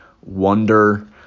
wonder